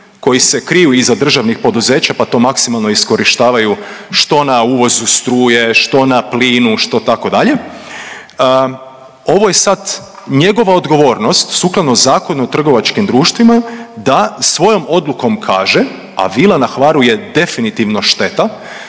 koji se kriju iza državnih poduzeća pa to maksimalno iskorištavaju, što na uvozu struje, što na plinu, što tako dalje, ovo je sad njegova odgovornost, sukladno ZTD-u da svojom odlukom kaže, a vila na Hvaru je definitivno šteta,